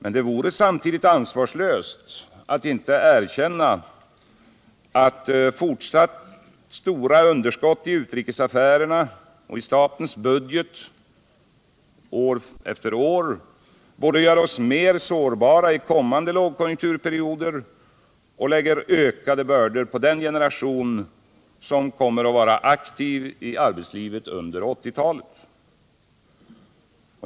Men det vore samtidigt ansvarslöst att inte erkänna att fortsatta stora underskott i utrikesaffärerna och i statens budget år efter år både gör oss mer sårbara i kommande lågkonjunkturperioder och lägger ökade bördor på den generation som kommer att vara aktiv i arbetslivet under 80-talet.